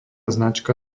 značka